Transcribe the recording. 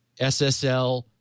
SSL